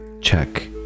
check